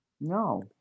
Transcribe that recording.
No